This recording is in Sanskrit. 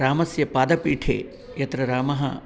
रामस्य पादपीठे यत्र रामः